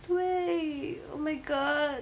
对 oh my god